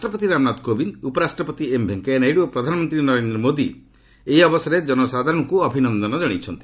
ରାଷ୍ଟ୍ରପତି ରାମନାଥ କୋବିନ୍ଦ୍ ଉପରାଷ୍ଟ୍ରପତି ଏମ୍ ଭେଙ୍କିୟା ନାଇଡ଼ୁ ଓ ପ୍ରଧାନମନ୍ତ୍ରୀ ନରେନ୍ଦ୍ର ମୋଦି ଏହି ଅବସରରେ ଜନସାଧାରଣଙ୍କୁ ଅଭିନନ୍ଦନ ଜଣାଇଛନ୍ତି